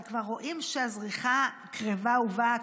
אבל כבר רואים שהזריחה קרבה ובאה,